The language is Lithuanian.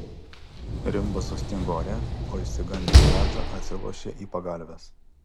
rimbas sustingo ore o išsigandęs radža atsilošė į pagalves